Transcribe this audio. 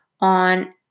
on